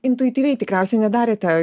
intuityviai tikriausiai nedarėte